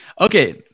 Okay